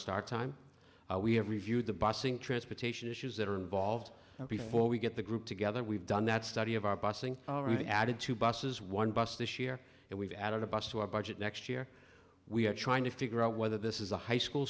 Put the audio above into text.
start time we have reviewed the busing transportation issues that are involved and before we get the group together we've done that study of our busing already added two buses one bus this year and we've added a bus to our budget next year we are trying to figure out whether this is a high school